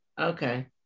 Okay